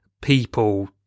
people